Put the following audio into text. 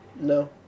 No